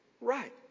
right